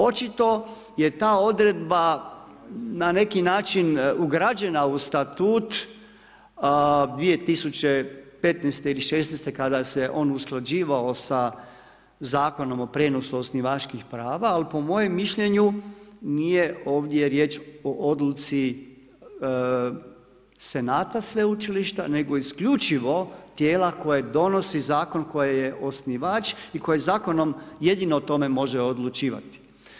Očito je ta odredba na neki način ugrađena u statut 2015. ili 2016. kada se on usklađivao sa Zakonom o prijenosu osnivačkih prava ali po mojem mišljenju, nije ovdje riječ o odluci senata sveučilišta nego isključivo tijela koja donosi zakon koje je osnivač i koje zakonom jedino o tome može odlučivati.